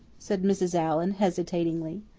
said mrs. allan hesitatingly.